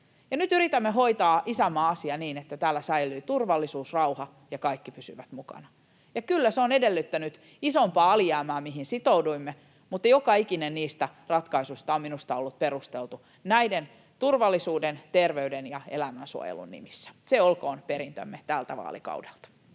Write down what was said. nyt yritämme hoitaa isänmaan asiaa niin, että täällä säilyy turvallisuus, rauha ja että kaikki pysyvät mukana. Kyllä se on edellyttänyt isompaa alijäämää, mihin sitouduimme, mutta joka ikinen niistä ratkaisuista on minusta ollut perusteltu turvallisuuden, terveyden ja elämänsuojelun nimissä. Se olkoon perintömme tältä vaalikaudelta.